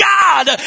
God